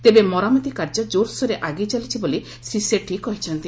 ତେବେ ମରାମତି କାର୍ଯ୍ୟ ଜୋରସୋରରେ ଆଗେଇ ଚାଲିଛି ବୋଲି ଶ୍ରୀ ସେଠୀ କହିଛନ୍ତି